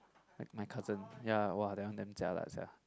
like my cousin ya !wah! that one damn jialat sia